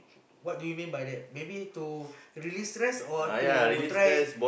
what do you mean by that maybe to release stress or to try